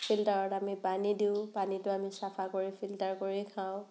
ফিল্টাৰত আমি পানী দিওঁ পানীটো আমি ফিল্টাৰত চাফা কৰি খাওঁ